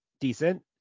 decent